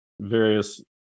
various